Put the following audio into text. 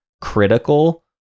critical